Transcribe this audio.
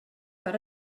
per